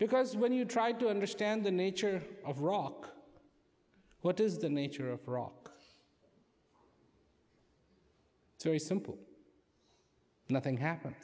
because when you try to understand the nature of rock what is the nature of rock it's very simple nothing happen